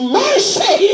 mercy